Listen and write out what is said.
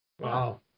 Wow